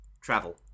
travel